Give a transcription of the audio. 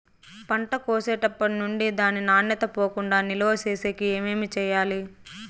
పంట కోసేటప్పటినుండి దాని నాణ్యత పోకుండా నిలువ సేసేకి ఏమేమి చేయాలి?